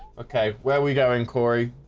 okay where we going corey